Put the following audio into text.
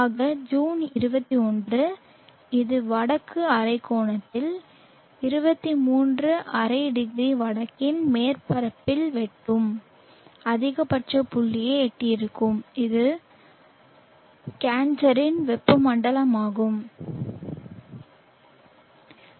ஆக ஜூன் 21 இது வடக்கு அரைக்கோளத்தில் 23 ½0 வடக்கில் மேற்பரப்பை வெட்டும் அதிகபட்ச புள்ளியை எட்டியிருக்கும் இது புற்றுநோயின் வெப்பமண்டலமாகும